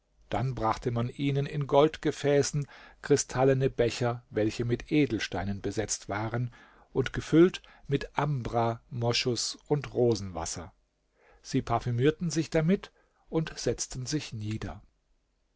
dann brachte man ihnen in goldgefässen kristallene becher welche mit edelsteinen besetzt waren und gefüllt mit ambra moschus und rosenwasser sie parfümierten sich damit und setzten sich nieder